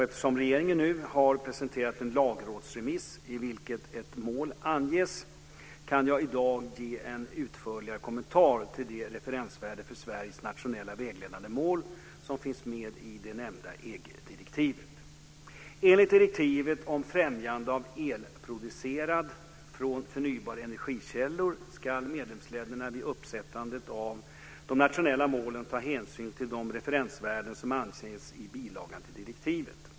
Eftersom regeringen nu har presenterat en lagrådsremiss, i vilken ett mål anges, kan jag i dag ge en utförligare kommentar till det referensvärde för Sveriges nationella vägledande mål som finns med i det nämnda EG-direktivet. Enligt direktivet om främjande av el producerad från förnybara energikällor ska medlemsländerna vid uppsättandet av de nationella målen ta hänsyn till de referensvärden som anges i bilagan till direktivet.